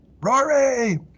Rory